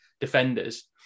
defenders